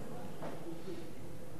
הבעיה הזאת נפתרה.